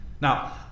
Now